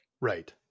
Right